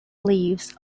leaves